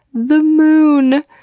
the moon!